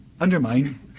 undermine